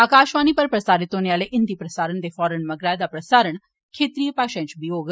आकाशवाणी पर प्रसारत होने आले हिंदी प्रसारण दे फौरन मगरा एह्दा प्रसारण क्षेत्रिय माषाएं च बी कीता जाग